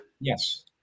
Yes